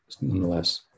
Nonetheless